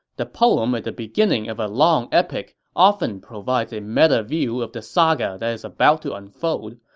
the poem at the beginning of a long epic often provides a meta view of the saga that is about to unfold.